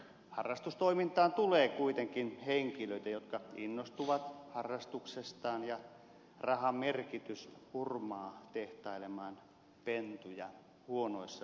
harrastustoimintaan tulee kuitenkin henkilöitä jotka innostuvat harrastuksestaan ja rahan merkitys hurmaa tehtailemaan pentuja huonoissa olosuhteissa